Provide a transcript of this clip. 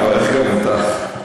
אני מברך גם אותך,